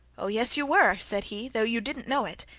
oh, yes, you were said he, though you didn't know it!